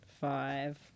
Five